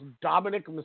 Dominic